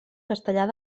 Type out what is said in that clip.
castellar